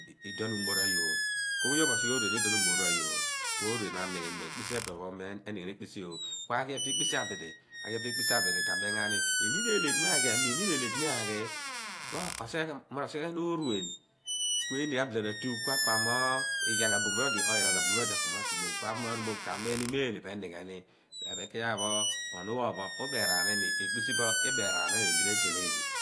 Iduon umor ayoor, ku yoon mosighe oorueen iduo umor pho agoon ku oorueen pho amiin mo cough o m ekpisi ooh ku aghi ekpisi abidi ka bem ghan n mo enlin ekpisi di mo aghi r'osighe ghan ooruen ku uni abiu ratu, ku apam iyal abumor odi apam atumom ku apham arumom ka miin ni mo eeee pho enopheni ephan ku iyaar pho ohnu phon pho uberaan iimi, ekpisi pho iberaan iimi bin etneghi